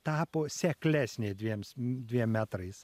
tapo seklesnė dviems dviem metrais